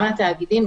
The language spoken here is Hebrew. גם לתאגידים,